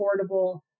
affordable